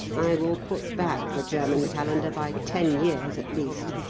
i will put back the german calendar by ten years at least.